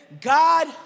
God